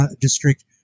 district